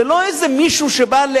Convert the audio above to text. זה לא איזה מישהו שבא,